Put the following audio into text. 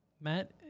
Matt